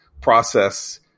process